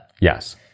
Yes